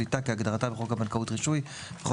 "שליטה" כהגדרתה בחוק הבנקאות (רישוי) וכל